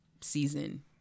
season